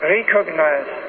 Recognize